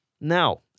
Now